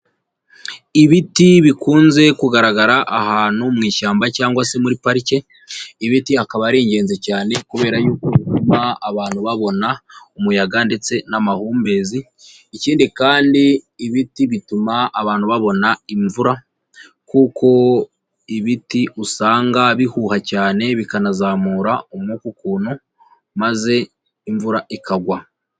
Ibiti bikunze kugaragara ahantu mu ishyamba cyangwa se muri parike, ibiti akaba ari ingenzi cyane kubera yuko bituma abantu babona umuyaga ndetse n'amahumbezi, ikindi kandi ibiti bituma abantu babona imvura kuko ibiti usanga bihuha cyane bikanazamura umwuka ukuntu maze imvura ikagwa.